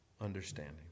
understanding